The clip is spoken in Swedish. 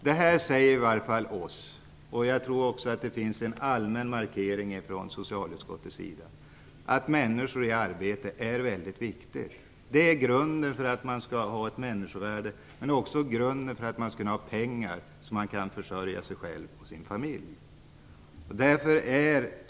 Detta säger i varje fall oss - och jag tror också att det är en allmän uppfattning från socialutskottets sida - att det är väldigt viktigt att människor har arbete. Det är grunden för att de skall ha ett människovärde. Det är också grunden för att de skall ha pengar, så att de kan försörja sig själva och sina familjer.